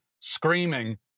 screaming